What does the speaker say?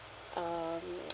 um